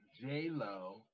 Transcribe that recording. j-lo